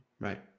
Right